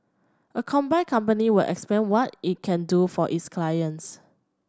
a combined company would expand what it can do for its clients